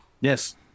Yes